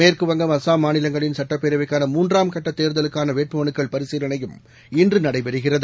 மேற்குவங்கம் மாநிலங்களின் சுட்டப்பேரவைக்கான அசாம் மூன்றாம் கட்டதேர்தலுக்கானவேட்புமனுக்கள் பரிசீலனையும் இன்றுநடைபெறுகிறது